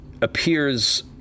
appears